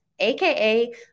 AKA